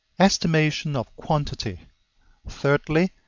estimation of quantity thirdly,